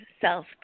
self